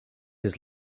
his